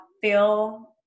feel